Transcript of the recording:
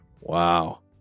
Wow